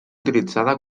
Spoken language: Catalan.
utilitzada